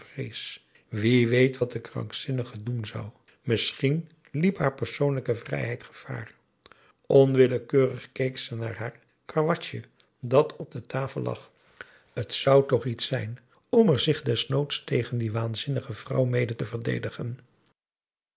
wie weet wat de krankzinnige doen zou misschien liep haar persoonlijke vrijheid gevaar onwillekeurig keek ze naar haar karwatsje dat op tafel lag t zou toch iets zijn om er zich desnoods tegen die waanzinnige vrouw mede te verdedigen